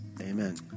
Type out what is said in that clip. Amen